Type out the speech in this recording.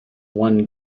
one